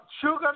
Sugar